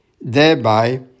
thereby